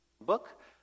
book